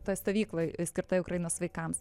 toj stovykloj skirtoj ukrainos vaikams